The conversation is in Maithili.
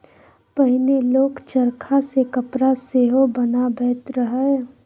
पहिने लोक चरखा सँ कपड़ा सेहो बनाबैत रहय